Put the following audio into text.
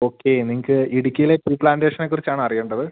okay നിങ്ങൾക്ക് ഇടുക്കിയിലെ tea പ്ലാൻറേഷനെക്കുറിച്ചാണ് അറിയേണ്ടത്